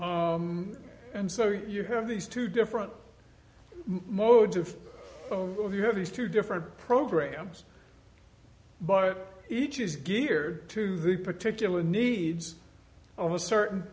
and so you have these two different modes if you have these two different programs but each is geared to the particular needs of a certain